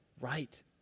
right